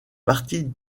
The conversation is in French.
partie